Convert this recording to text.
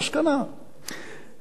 ולכן,